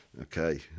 Okay